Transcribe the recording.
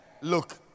Look